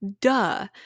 duh